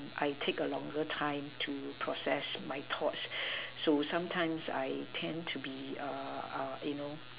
I take a longer time to process my thoughts so sometimes I tend to be err err you know